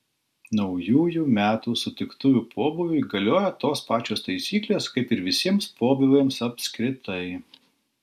naujųjų metų sutiktuvių pobūviui galioja tos pačios taisyklės kaip ir visiems pobūviams apskritai